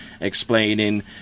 explaining